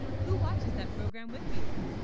who, watches that programme with you?